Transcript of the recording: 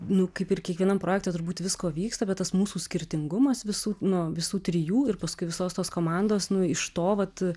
nu kaip ir kiekvienam projekte turbūt visko vyksta bet tas mūsų skirtingumas visų nuo visų trijų ir paskui visos tos komandos nu iš to vat